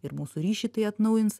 ir mūsų ryšį tai atnaujins